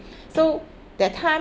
so that time